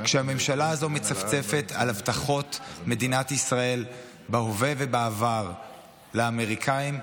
כשהממשלה הזו מצפצפת על הבטחות מדינת ישראל בהווה ובעבר לאמריקאים,